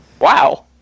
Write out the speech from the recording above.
Wow